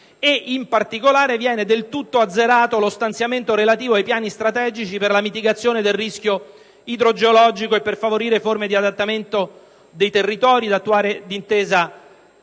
in particolare, viene del tutto azzerato lo stanziamento relativo ai piani strategici per la mitigazione del rischio idrogeologico e per favorire forme di adattamento del territorio, da attuare d'intesa